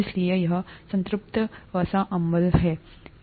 इसलिए यह संतृप्त वसा अम्ल है